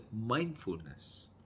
mindfulness